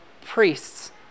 priests